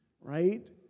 right